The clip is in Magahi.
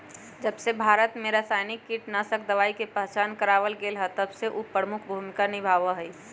जबसे भारत में रसायनिक कीटनाशक दवाई के पहचान करावल गएल है तबसे उ प्रमुख भूमिका निभाई थई